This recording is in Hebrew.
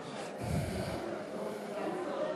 נתקבל.